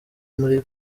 muri